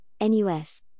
NUS